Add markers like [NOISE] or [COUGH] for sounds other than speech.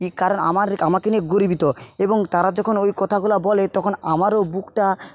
[UNINTELLIGIBLE] কারণ আমার আমাকে নিয়ে গর্বিত এবং তারা যখন ওই কথাগুলা বলে তখন আমারও বুকটা